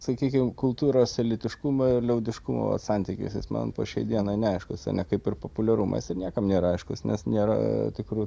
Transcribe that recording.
sakykim kultūros elitiškumo ir liaudiškumo santykis jis man po šiai dienai neaiškus ane kaip ir populiarumo jisai niekam nėra aiškus nes nėra tikrų